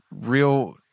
real